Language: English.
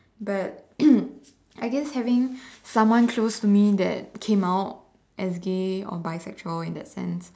but I guess having someone close to me that came out as gay or bisexual in that sense